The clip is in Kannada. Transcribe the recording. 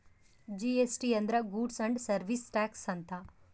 ಜಿ.ಎಸ್.ಟಿ ಅಂದ್ರ ಗೂಡ್ಸ್ ಅಂಡ್ ಸರ್ವೀಸ್ ಟಾಕ್ಸ್ ಅಂತ